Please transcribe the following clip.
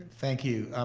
thank you.